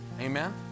amen